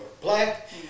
black